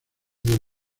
del